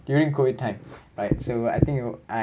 during COVID time right so I think you I